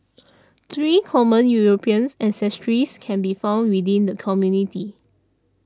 three common European ancestries can be found within the community